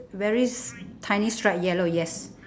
very s~ tiny stripe yellow yes